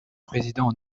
président